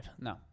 no